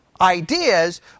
ideas